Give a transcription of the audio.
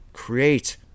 Create